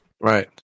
Right